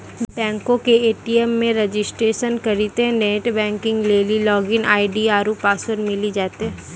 बैंको के ए.टी.एम मे रजिस्ट्रेशन करितेंह नेट बैंकिग लेली लागिन आई.डी आरु पासवर्ड मिली जैतै